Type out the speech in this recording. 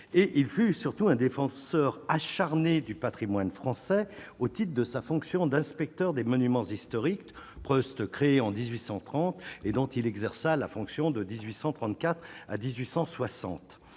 et il fut surtout un défenseur acharné du Patrimoine français, au titre de sa fonction d'inspecteur des Monuments historiques, Prost, créée en 1830 et dont il exerça la fonction de 1800